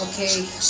Okay